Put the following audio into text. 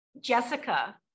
Jessica